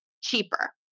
cheaper